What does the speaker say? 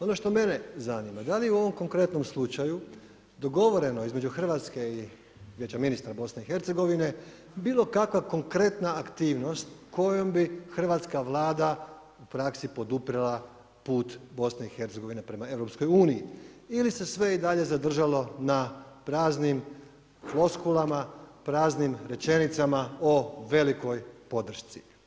Ono što mene zanima, da li u ovom konkretnom slučaju dogovoreno između RH i vijeća ministara BIH bilo kakva konkretna aktivnost kojom bi hrvatska Vlada u praksi podupirala put BIH prema EU ili se sve i dalje zadržalo na praznim floskulama, praznim rečenicama o velikoj podršci.